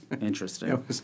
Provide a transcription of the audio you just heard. interesting